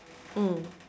mm